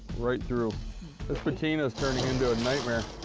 right through this patina is turning into a nightmare.